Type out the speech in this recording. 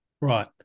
Right